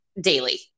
daily